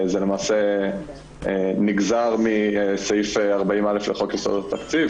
זה נגזר מסעיף 40א לחוק יסודות התקציב,